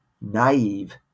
naive